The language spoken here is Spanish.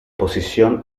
posición